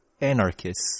Anarchist